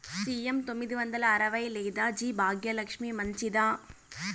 CM తొమ్మిది వందల అరవై లేదా జి భాగ్యలక్ష్మి మంచిదా?